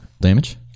Damage